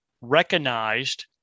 recognized